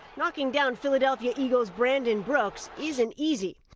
knocking down philadelphia eagles brandon brooks isn't easy.